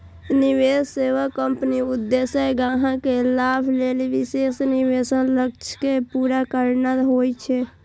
निवेश सेवा कंपनीक उद्देश्य ग्राहक के लाभ लेल विशेष निवेश लक्ष्य कें पूरा करना होइ छै